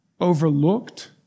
overlooked